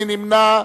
מי נמנע?